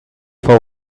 for